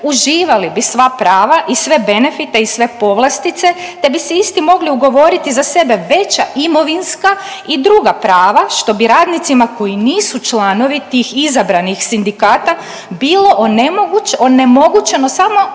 uživali bi sva prava i sve benefite i sve povlastice, te bi se isti mogli ugovoriti za sebe veća imovinska i druga prava što bi radnicima koji nisu članovi tih izabranih sindikata bilo onemogućeno samo